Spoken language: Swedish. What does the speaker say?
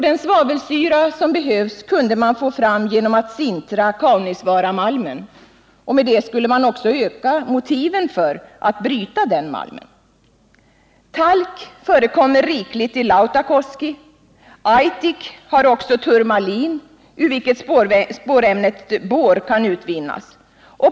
Den svavelsyra som behövs kunde man få fram genom att sintra Kaunisvaaramalmen, vilket skulle öka motiven för att bryta den. Talk förekommer rikligt i Lautakoski. Aitik har också turmalin, ur vilket spårämnet bor kan utvinnas.